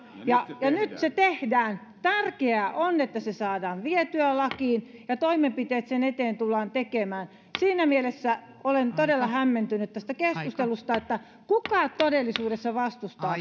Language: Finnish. ja nyt se tehdään tärkeää on että se saadaan vietyä lakiin ja toimenpiteet sen eteen tullaan tekemään siinä mielessä olen todella hämmentynyt tästä keskustelusta että kuka todellisuudessa vastustaa